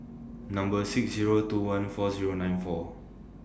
Number six Zero two one four Zero nine four